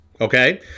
Okay